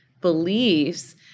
beliefs